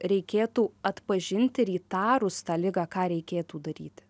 reikėtų atpažinti ir įtarus tą ligą ką reikėtų daryti